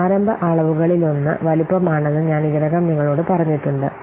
പ്രാരംഭ അളവുകളിലൊന്ന് വലുപ്പമാണെന്ന് ഞാൻ ഇതിനകം നിങ്ങളോട് പറഞ്ഞിട്ടുണ്ട്